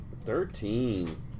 Thirteen